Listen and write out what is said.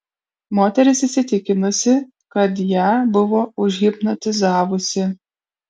moteris įsitikinusi kad ją buvo užhipnotizavusi